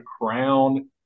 crown